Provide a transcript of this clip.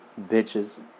Bitches